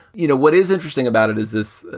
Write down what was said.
you know, what is interesting about it is this,